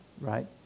right